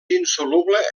insoluble